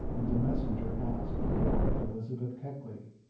and a messenger asked for elizabeth keckley.